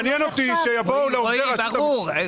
מעניין אותי שיבואו לעובדי הרשות המקומית